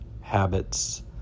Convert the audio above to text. habits